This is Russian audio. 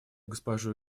госпожу